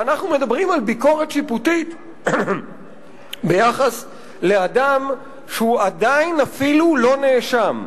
ואנחנו מדברים על ביקורת שיפוטית ביחס לאדם שהוא עדיין אפילו לא נאשם,